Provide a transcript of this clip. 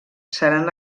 seran